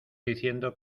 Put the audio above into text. diciendo